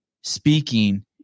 speaking